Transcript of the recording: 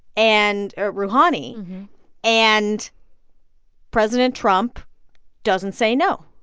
and rouhani and president trump doesn't say no